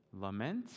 lament